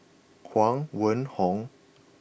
Huang Wenhong